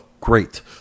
great